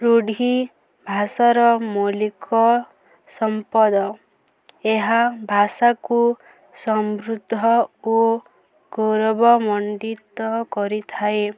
ରୁଢ଼ି ଭାଷାର ମୌଲିକ ସମ୍ପଦ ଏହା ଭାଷାକୁ ସମୃଦ୍ଧ ଓ ଗୌରବମଣ୍ଡିତ କରିଥାଏ